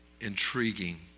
intriguing